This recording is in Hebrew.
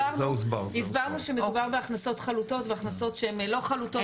הסברנו שמדובר בהכנסות חלוטות והכנסות שהן לא חלוטות.